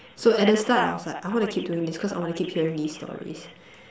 so at the start I was like I want to keep doing this cause I want to keep hearing these stories